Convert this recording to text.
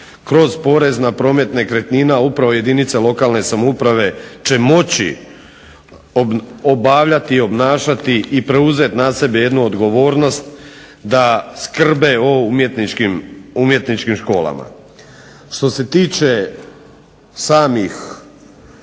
kroz porez na promet nekretnina upravo jedinice lokalne samouprave će moći obavljati i obnašati i preuzeti na sebe jednu odgovornost da skrbe o umjetničkim školama. Što se tiče samog